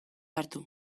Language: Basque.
hartu